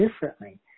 differently